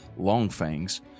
Longfangs